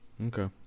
Okay